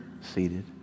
seated